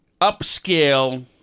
upscale